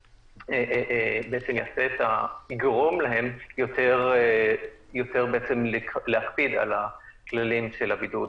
ובכך זה יגרום להם יותר בעצם להקפיד על הכללים של הבידוד.